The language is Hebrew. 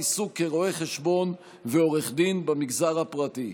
עיסוק כרואה חשבון ועורך דין במגזר הפרטי.